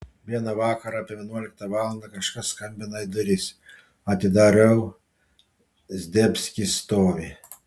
vieną vakarą apie vienuoliktą valandą kažkas skambina į duris atidarau zdebskis stovi